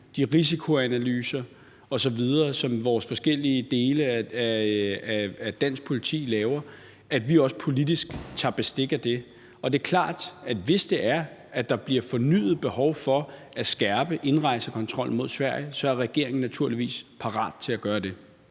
og risikoanalyser osv., som vores forskellige dele af dansk politi laver, at vi også politisk tager bestik af det. Og det er klart, at hvis det er, at der bliver fornyet behov for at skærpe indrejsekontrollen mod Sverige, så er regeringen naturligvis parat til at gøre det.